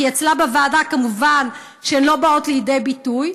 כי אצלה בוועדה כמובן הן לא באות לידי ביטוי,